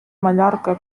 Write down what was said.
mallorca